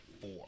four